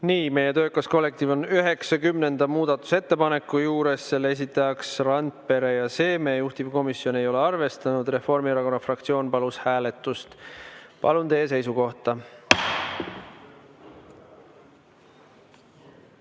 Nii, meie töökas kollektiiv on 90. muudatusettepaneku juures. Selle esitajad on Randpere ja Seeme, juhtivkomisjon ei ole seda arvestanud. Reformierakonna fraktsioon palus hääletust. Palun teie seisukohta!